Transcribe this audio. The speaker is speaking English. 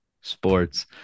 sports